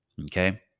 Okay